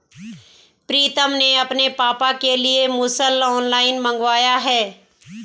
प्रितम ने अपने पापा के लिए मुसल ऑनलाइन मंगवाया है